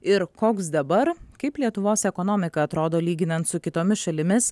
ir koks dabar kaip lietuvos ekonomika atrodo lyginant su kitomis šalimis